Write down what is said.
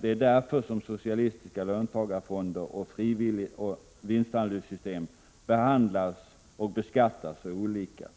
Det är därför som socialistiska löntagarfonder och frivilliga vinstandelssystem behandlas och beskattas så olika.